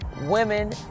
women